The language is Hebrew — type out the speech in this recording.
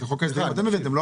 את חוק ההסדרים אתם הבאתם.